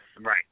Right